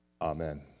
Amen